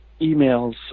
emails